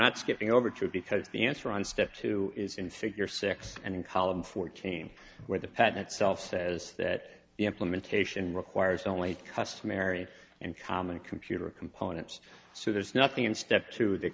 not skipping over to it because the answer on step two is in figure six and in column fourteen where the patent itself says that the implementation requires only customary and common computer components so there's nothing in step to the